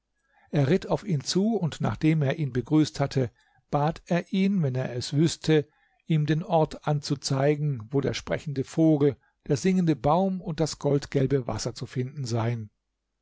er ritt auf ihn zu und nachdem er ihn begrüßt hatte bat er ihn wenn er es wüßte ihm den ort anzuzeigen wo der sprechende vogel der singende baum und das goldgelbe wasser zu finden seien